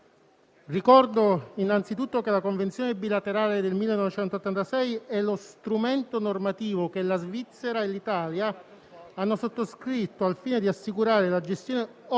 Ricordo innanzitutto che la Convenzione bilaterale del 1986 è lo strumento normativo che la Svizzera e l'Italia hanno sottoscritto al fine di assicurare la gestione ottimale